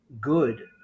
good